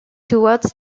towards